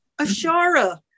Ashara